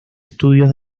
estudios